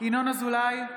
ינון אזולאי,